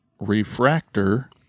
Refractor